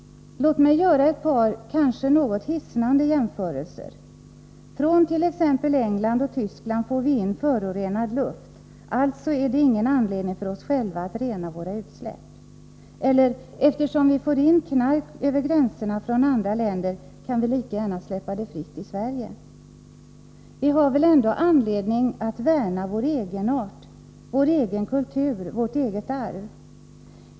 Låt mig göra ett par kanske något hisnande jämförelser. Från t.ex. England och Tyskland får vi in förorenad luft — alltså finns det ingen anledning för oss själva att rena våra utsläpp. Eller: Eftersom vi får in knark över gränserna från andra länder, kan vi lika gärna släppa det fritt i Sverige. Vi har väl ändå anledning att värna vår egenart, vår egen kultur, vårt eget arv.